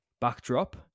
backdrop